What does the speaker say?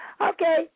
Okay